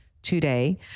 today